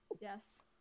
Yes